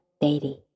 daily